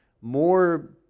more